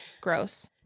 Gross